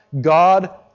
God